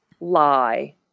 lie